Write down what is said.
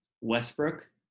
Westbrook